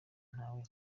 natwe